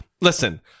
listen